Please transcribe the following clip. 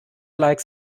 like